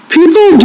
People